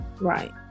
Right